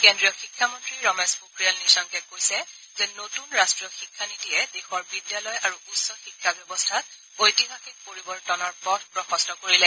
কেন্দ্ৰীয় শিক্ষামন্ত্ৰী ৰমেশ পোখৰিয়াল নিশংকে কৈছে যে নতুন ৰট্টীয় শিক্ষানীতিয়ে দেশৰ বিদ্যালয় আৰু উচ্চ শিক্ষা ব্যৱস্থাত ঐতিহাসিক পৰিৱৰ্তনৰ পথ প্ৰশস্ত কৰিলে